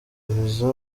visa